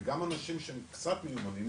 וגם אנשים שהם קצת מיומנים,